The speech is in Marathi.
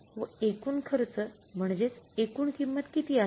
व एकूण खर्च म्हणजेच एकूण किंमत किती आहे